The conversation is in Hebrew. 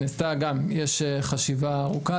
יש חשיבה ארוכה.